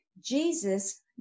jesus